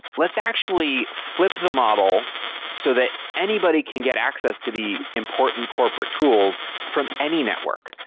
let's actually flip the model so that anybody can get access to the important corporate tools from any network.